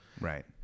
Right